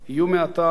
יהיו מעתה,